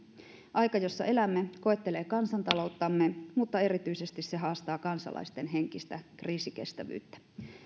aika jossa elämme koettelee kansantalouttamme mutta erityisesti se haastaa kansalaisten henkistä kriisikestävyyttä